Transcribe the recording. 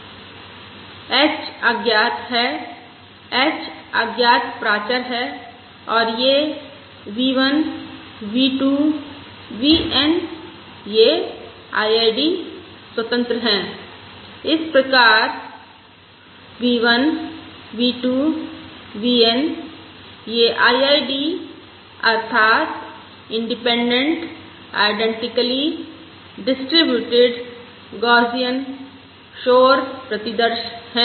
h अज्ञात है h अज्ञात प्राचर है और ये v1 v2 vN ये IID स्वतंत्र हैं इस प्रकार v1 v2 vN ये IID अर्थात इंडिपेंडेंट आईडेंटिकली डिस्ट्रिब्यूटेड गौसियन शोर प्रतिदर्श है